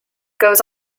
goes